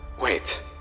Wait